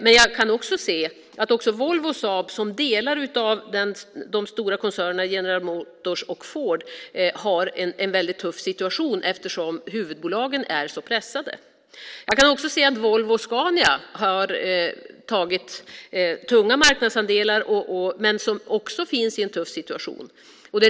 Men jag kan också se att även Volvo och Saab som delar av de stora koncernerna General Motors och Ford har en väldigt tuff situation eftersom huvudbolagen är så pressade. Vidare kan jag se att Volvo och Scania har tagit tunga marknadsandelar, men de också har en tuff situation.